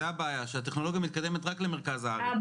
זאת הבעיה שהטכנולוגיה מתקדמת רק למרכז הארץ --- אבל